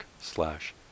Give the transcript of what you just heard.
slash